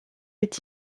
est